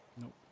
Nope